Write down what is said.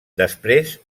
després